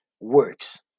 works